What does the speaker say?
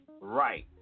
right